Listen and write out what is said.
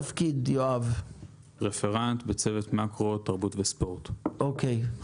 אני רפרנט בצוות מקרו תרבות וספורט באגף תקציבים,